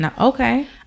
Okay